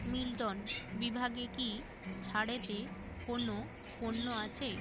Milton বিভাগে কি ছাড়েতে কোনো পণ্য আছে